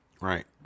right